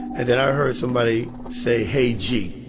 and then i heard somebody say, hey, g.